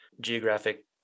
geographic